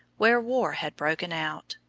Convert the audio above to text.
where war had broken out.